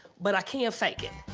but i can fake it.